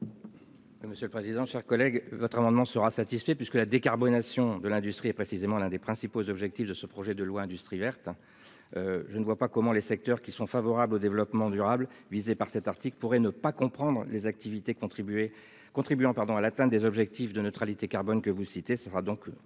Monsieur le président, cher collègue, votre amendement sera satisfait puisque la décarbonation de l'industrie et précisément l'un des principaux objectifs de ce projet de loi industrie verte. Je ne vois pas comment les secteurs qui sont favorables au développement durable. Visé par cet article pourrait ne pas comprendre les activités contribuer contribuant pardon à l'atteinte des objectifs de neutralité carbone que vous citez,